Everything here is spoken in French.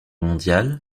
mondiale